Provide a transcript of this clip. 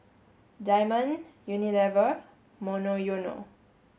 Diamond Unilever Monoyono